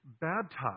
baptize